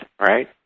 right